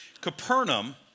Capernaum